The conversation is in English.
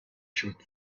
should